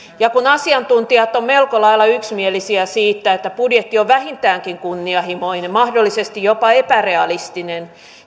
ja kun asiantuntijat ovat melko lailla yksimielisiä siitä että budjetti on vähintäänkin kunnianhimoinen mahdollisesti jopa epärealistinen